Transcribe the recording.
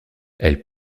elle